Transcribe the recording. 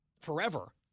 forever